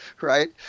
right